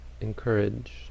encourage